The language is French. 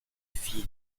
film